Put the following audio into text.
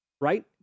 right